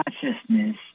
consciousness